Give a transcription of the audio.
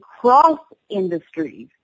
cross-industries